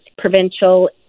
provincial